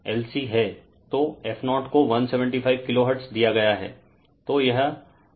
तो f0 को 175 kilohertz दिया गया है